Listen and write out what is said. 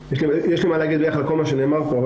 יש לי מה להגיד על כל מה שנאמר פה,